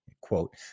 Quote